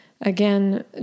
again